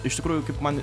iš tikrųjų kaip man